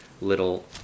little